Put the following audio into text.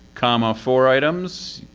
comma, four items.